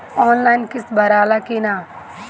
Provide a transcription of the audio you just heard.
Online किस्त भराला कि ना?